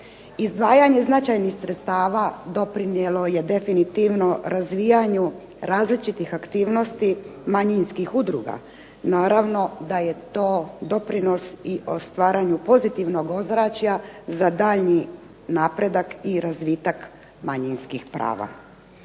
Izdvajanje značajnih sredstava doprinijelo je definitivno razvijanju različitih aktivnosti manjinskih udruga. Naravno da je to doprinos i stvaranju pozitivnog ozračja za daljnji napredak i razvitak manjinskih prava.